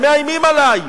הם מאיימים עלי,